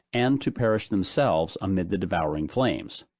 and to perish themselves amid the devouring flames.